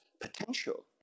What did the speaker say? potential